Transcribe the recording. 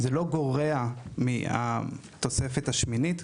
זה לא גורע מהתוספת השמינית.